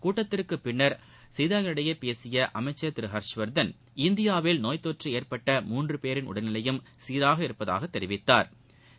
கூட்டத்திற்குப் பின் செய்தியாளர்களிடம் பேசிய அமைச்ச் திரு வர்ஷவர்தன் இந்தியாவில் நோய்த்தொற்று ஏற்பட்ட மூன்று பேரின் உடல்நிலையும் சீராக இருப்பதாகத் தெரிவித்தாா்